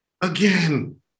Again